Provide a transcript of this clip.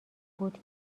بود